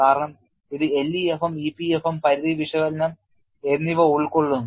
കാരണം ഇത് LEFM EPFM പരിധി വിശകലനം എന്നിവ ഉൾക്കൊള്ളുന്നു